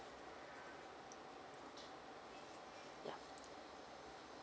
yup